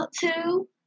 two